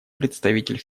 представитель